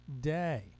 day